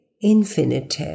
infinite